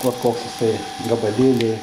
vat koks jisai gabalėlį